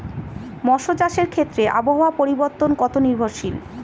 মৎস্য চাষের ক্ষেত্রে আবহাওয়া পরিবর্তন কত নির্ভরশীল?